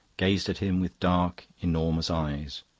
gazed at him with dark, enormous eyes.